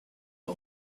him